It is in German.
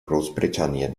großbritannien